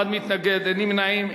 מתנגד אחד, אין נמנעים.